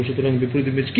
সুতরাং বিপরীত ইমেজিং কি